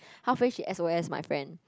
half way she s_o_s my friend